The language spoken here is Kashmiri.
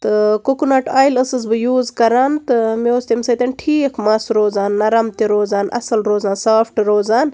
تہٕ کوکونٹ اویِل ٲسٕس بہٕ یوٗز کران تہٕ مےٚ تمہِ سۭتۍ ٹھیٖک مَس روزان نرم تہِ روزان اصٕل روزان سافٹہٕ روزان